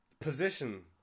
position